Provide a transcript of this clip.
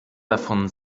davon